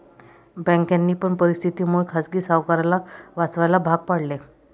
बँकांनी पण परिस्थिती मुळे खाजगी सावकाराला वाचवायला भाग पाडले